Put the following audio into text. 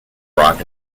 rock